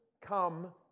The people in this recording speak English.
come